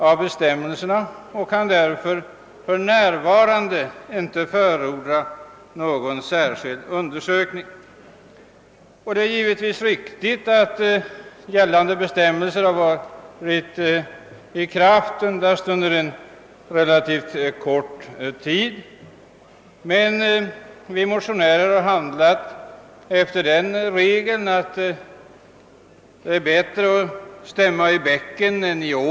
Utskottet finner sig därför för närvarande inte kunna förorda någon särskild undersökning. Det är riktigt att gällande bestämmelser varit i kraft endast under en relativt kort tid, men vi motionärer har handlat efter regeln att det är bättre att stämma i bäcken än i ån.